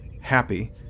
happy